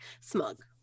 smug